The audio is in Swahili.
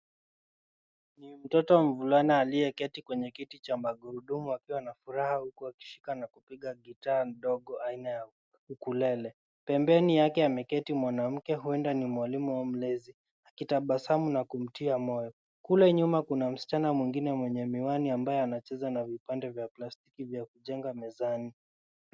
Ni mtoto mvulana alyeketi kwenye kiti cha magurudumu akiwa na furaha huku akishika na kupiga gitaa ndogo aina ya nkulele. embeni mwake ameketi mwanamke huenda ni mwalimu au mlezi akitavasamu na kumtia moyo, Kule nyuma kuna msichana mwenye miwani ambaye anacheza na vipande vya plastiki ya kujenga mezani.